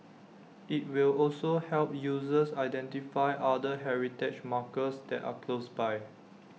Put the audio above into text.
IT will also help users identify other heritage markers that are close by